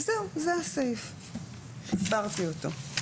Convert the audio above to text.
זהו, זה הסעיף, הסברתי אותו.